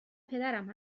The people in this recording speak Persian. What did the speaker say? پدرم